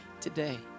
today